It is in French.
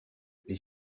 les